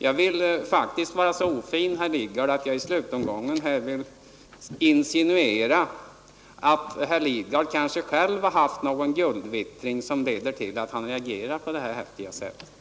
Jag vill faktiskt vara så ofin, herr Lidgard, att jag i debattens slutomgång vill insinuera att herr Lidgard kanske själv har haft någon guldvittring och att det leder till att han reagerar på det här häftiga sättet.